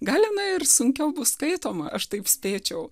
gal jinai ir sunkiau bus skaitoma aš taip spėčiau